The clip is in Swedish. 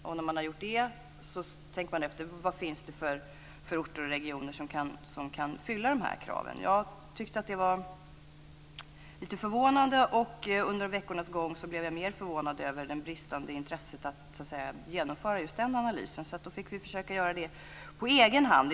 Och när man har gjort det tänker man efter vad det finns för orter och regioner som kan fylla de kraven. Jag tyckte att det var lite förvånande, och under veckornas gång blev jag mer förvånad över det bristande intresset av att genomföra den analysen. Vi fick i stället försöka göra det på egen hand.